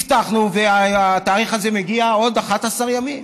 הבטחנו, והתאריך הזה מגיע בעוד 11 ימים,